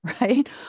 right